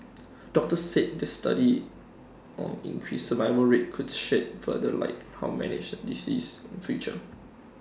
doctors said this study on increased survival rate could shed further light on manage disease in future